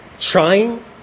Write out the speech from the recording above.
trying